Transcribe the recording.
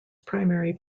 primary